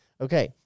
Okay